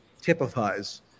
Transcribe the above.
typifies